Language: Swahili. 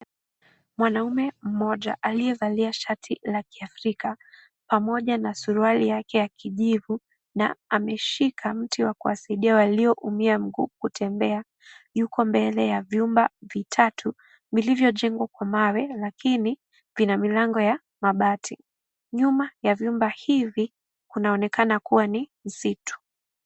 Mwanaume mmoja, aliyevalia shati la kiafrika, pamoja na suruali yake ya kijivu na ameshika mti wa kuwasaidia walioumia mguu kutembea. Yuko mbele ya vyumba vitatu, vilivyojengwa kwa mawe, lakini vina milango ya mabati. Nyuma ya vyumba hivi, Kunaonekana kuwa ni msitu.